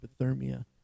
hypothermia